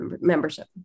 membership